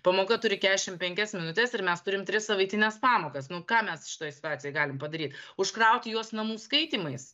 pamoka turi kešim penkias minutes ir mes turim tris savaitines pamokas nu ką mes šitoj situacijoj galim padaryt užkrauti juos namų skaitymais